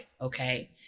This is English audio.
Okay